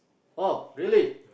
orh really